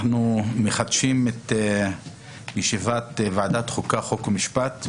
אנחנו מחדשים את ישיבת ועדת החוקה, חוק ומשפט.